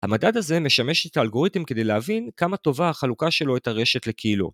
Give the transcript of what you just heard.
המדד הזה משמש את האלגוריתם כדי להבין כמה טובה החלוקה שלו את הרשת לקילו.